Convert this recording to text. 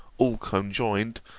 all conjoined,